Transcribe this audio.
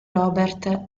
robert